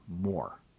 more